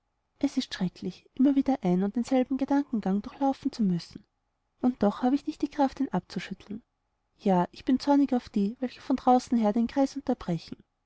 es ist schrecklich immer wieder ein und denselben gedankengang durchlaufen zu müssen und doch habe ich nicht die kraft ihn abzuschütteln ja ich bin zornig auf die welche von außen her den kreis unterbrechen